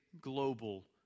global